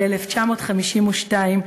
ב-1952,